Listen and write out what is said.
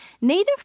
native